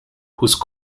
whose